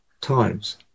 times